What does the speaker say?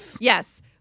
yes